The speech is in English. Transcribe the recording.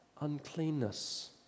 uncleanness